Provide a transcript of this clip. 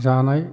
जानाय